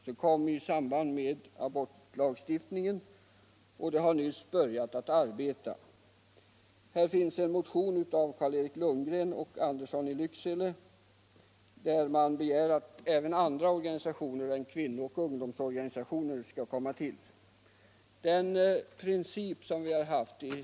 Det tillkom i samband med abortlagstiftningen och har nyss börjat fungera. Här finns en motion av herrar Lundgren och Andersson i Lycksele, vari begärs att även andra organisationer än kvinnooch ungdomsorganisationer skall tillkomma.